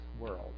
world